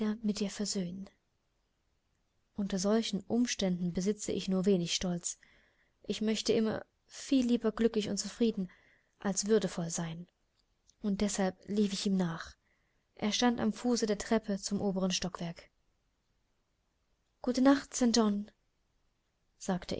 mit dir versöhnen unter solchen umständen besitze ich nur wenig stolz ich möchte immer viel lieber glücklich und zufrieden als würdevoll sein und deshalb lief ich ihm nach er stand am fuß der treppe zum oberen stockwerk gute nacht st john sagte